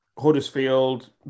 Huddersfield